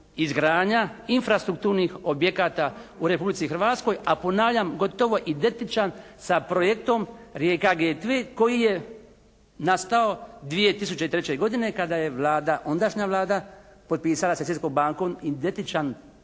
izgradnja infrastrukturnih objekata u Republici Hrvatskoj, a ponavljam gotovo identičan sa projektom Rijeka G … /Govornik se ne razumije./ … koji je nastao 2003. godine kada je Vlada, ondašnja Vlada potpisala sa Svjetskom bankom identičan